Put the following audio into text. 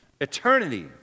Eternity